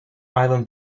island